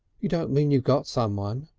you don't mean you've got someone